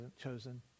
chosen